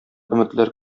өметләр